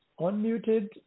unmuted